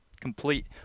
complete